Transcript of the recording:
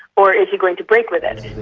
or is he going to break with it?